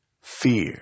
fear